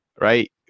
right